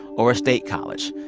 or a state college,